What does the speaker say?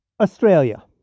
Australia